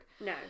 No